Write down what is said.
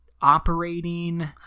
operating